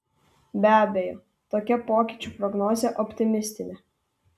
be abejo tokia pokyčių prognozė optimistinė